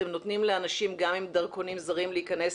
אתם נותנים לאנשים גם עם דרכונים זרים להיכנס